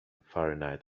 fahrenheit